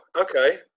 okay